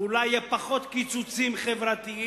ואולי יהיו פחות קיצוצים חברתיים,